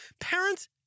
Parents